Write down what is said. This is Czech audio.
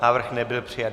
Návrh nebyl přijat.